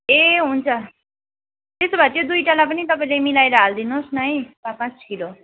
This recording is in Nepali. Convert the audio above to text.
ए हुन्छ त्यसो भए त्यो दुइटालाई पनि तपाईँले मिलाएर हालिदिनुहोस् न है पाँच पाँच किलो